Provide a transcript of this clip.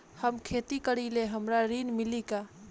हम खेती करीले हमरा ऋण मिली का?